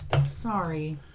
sorry